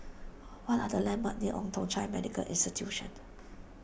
what are the landmarks near Old Thong Chai Medical Institution